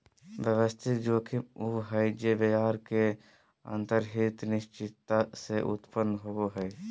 व्यवस्थित जोखिम उ हइ जे बाजार के अंतर्निहित अनिश्चितता से उत्पन्न होवो हइ